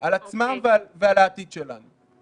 על עצמם ועל העתיד שלהם?